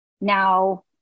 now